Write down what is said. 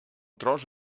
tros